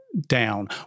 down